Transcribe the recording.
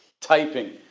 Typing